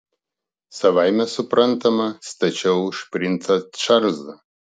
savaime suprantama stačiau už princą čarlzą